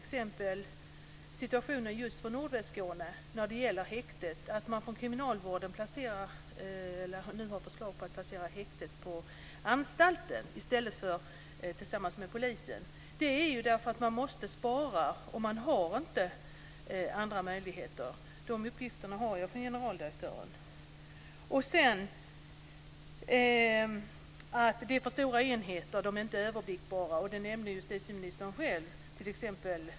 Det saknas resurser. Kriminalvården i nordvästra Skåne har nu föreslagit att häktet ska placeras på anstalten i stället för på polishuset. Det är för att man måste spara. Man har inte några andra möjligheter, och dessa uppgifter har jag fått från generaldirektören. Det är för stora enheter. De är inte överblickbara.